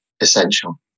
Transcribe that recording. essential